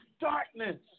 darkness